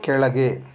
ಕೆಳಗೆ